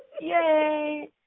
Yay